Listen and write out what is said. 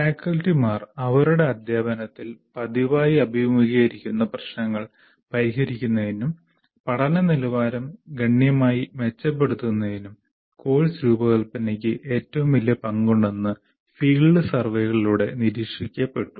ഫാക്കൽറ്റിമാർ അവരുടെ അദ്ധ്യാപനത്തിൽ പതിവായി അഭിമുഖീകരിക്കുന്ന പ്രശ്നങ്ങൾ പരിഹരിക്കുന്നതിനും പഠന നിലവാരം ഗണ്യമായി മെച്ചപ്പെടുത്തുന്നതിനും കോഴ്സ് രൂപകൽപ്പനയ്ക്ക് ഏറ്റവും വലിയ പങ്കുണ്ടെന്ന് ഫീൽഡ് സർവേകളിലൂടെ നിരീക്ഷിക്കപ്പെട്ടു